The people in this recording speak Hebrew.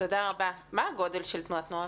מה גודלה של תנועת נוע"ם?